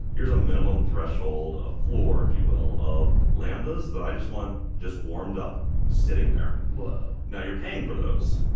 here's a minimum threshold, a floor if you will, of lambdas that i just want just warmed up sitting there. now you're paying for those,